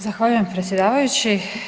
Zahvaljujem predsjedavajući.